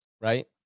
right